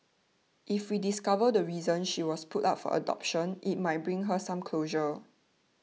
if we discover the reason she was put up for adoption it might bring her some closure